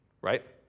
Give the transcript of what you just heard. Right